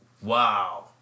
wow